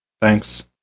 Thanks